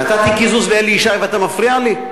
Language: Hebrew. נתתי קיזוז לאלי ישי ואתה מפריע לי?